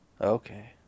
Okay